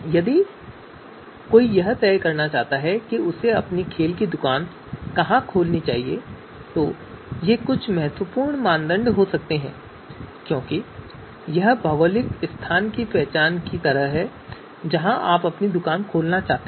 यदि कोई यह तय करना चाहता है कि उसे अपनी खेल की दुकान कहाँ खोलनी चाहिए तो ये कुछ महत्वपूर्ण मानदंड हो सकते हैं क्योंकि यह भौगोलिक स्थान की पहचान की तरह है जहाँ आप अपनी दुकान खोलना चाहते हैं